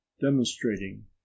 demonstrating